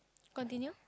continue